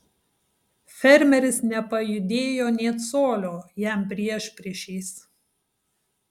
fermeris nepajudėjo nė colio jam priešpriešiais